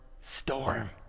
storm